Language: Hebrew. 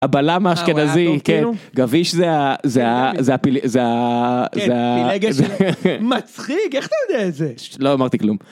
אבל למה אשכנזי כן גביש זה זה זה זה זה הפילגש. מצחיק. איך אתה יודע את זה? לא אמרתי כלום.